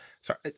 Sorry